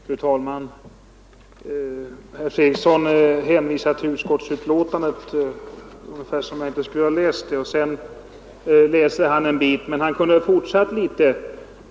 Fru talman! Herr Fredriksson hänvisade till utskottsbetänkandet ungefär som om jag inte skulle ha läst det, och sen läste han en bit ur detta. Men han kunde ha fortsatt ytterligare en bit.